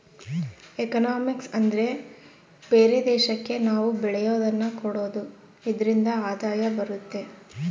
economics ಅಂದ್ರೆ ಬೇರೆ ದೇಶಕ್ಕೆ ನಾವ್ ಬೆಳೆಯೋದನ್ನ ಕೊಡೋದು ಇದ್ರಿಂದ ಆದಾಯ ಬರುತ್ತೆ